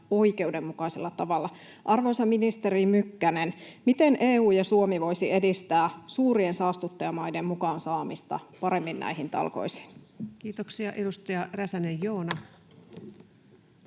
oikeudenmukaisella tavalla. Arvoisa ministeri Mykkänen, miten EU ja Suomi voisivat edistää suurien saastuttajamaiden mukaan saamista paremmin näihin talkoisiin? [Speech 17] Speaker: